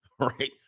Right